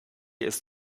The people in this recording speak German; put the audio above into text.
ist